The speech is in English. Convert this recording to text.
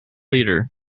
leader